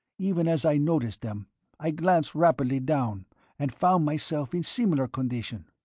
even as i noticed them i glanced rapidly down and found myself in similar condition.